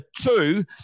two